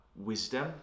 wisdom